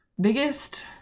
biggest